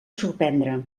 sorprendre